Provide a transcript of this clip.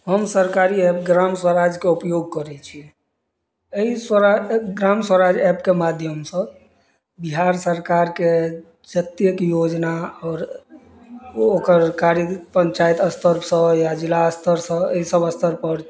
हम सरकारी एप ग्राम स्वराजके उपयोग करै छी एहि स्वराज ग्राम स्वराज एपके माध्यमसँ बिहार सरकारके जतेक योजना आओर ओकर कार्य पञ्चायत स्तरसँ या जिला स्तरसँ एहि सभ स्तर पर